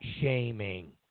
shaming